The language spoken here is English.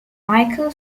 michael